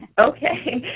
okay,